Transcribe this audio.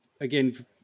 again